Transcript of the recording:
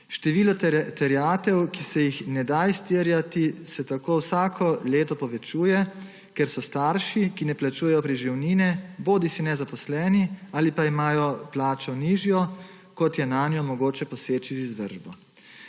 Število terjatev, ki se jih ne da izterjati, se tako vsako leto povečuje, ker so starši, ki ne plačujejo preživnine, bodisi nezaposleni ali pa imajo plačo nižjo, kot je nanjo mogoče poseči z izvršbo.